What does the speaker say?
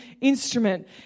instrument